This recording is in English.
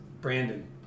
Brandon